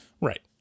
right